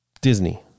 Disney